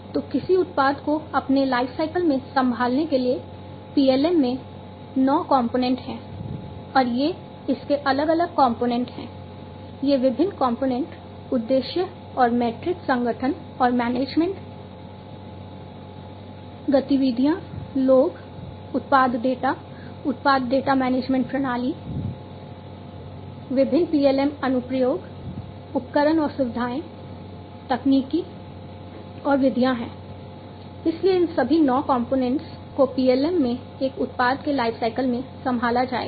तो किसी उत्पाद को अपने लाइफसाइकिल में संभालने के लिए PLM में नौ कंपोनेंट को PLM में एक उत्पाद के लाइफसाइकिल में संभाला जाएगा